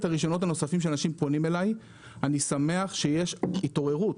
הרישיונות הנוספים כשאנשים פונים אליי אני שמח שיש התעוררות